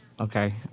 Okay